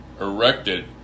erected